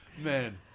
Man